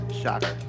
Shocker